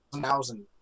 thousand